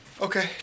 Okay